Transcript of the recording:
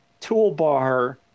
toolbar